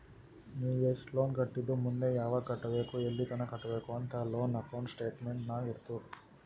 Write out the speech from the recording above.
ನೀ ಎಸ್ಟ್ ಲೋನ್ ಕಟ್ಟಿದಿ ಮುಂದ್ ಯಾವಗ್ ಕಟ್ಟಬೇಕ್ ಎಲ್ಲಿತನ ಕಟ್ಟಬೇಕ ಅಂತ್ ಲೋನ್ ಅಕೌಂಟ್ ಸ್ಟೇಟ್ಮೆಂಟ್ ನಾಗ್ ಇರ್ತುದ್